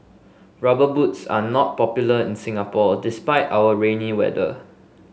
rubber boots are not popular in Singapore despite our rainy weather